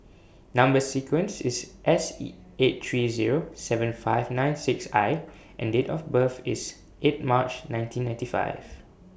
Number sequence IS S eight three Zero seven five nine six I and Date of birth IS eight March nineteen ninety five